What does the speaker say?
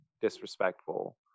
disrespectful